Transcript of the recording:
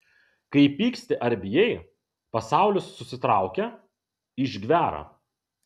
kai pyksti ar bijai pasaulis susitraukia išgvęra